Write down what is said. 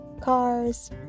cars